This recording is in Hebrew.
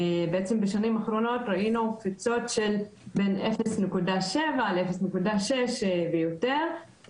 בעצם בשנים האחרונות ראינו קפיצות של בין 0.6% ל- 0.7% ויותר,